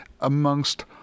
amongst